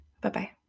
Bye-bye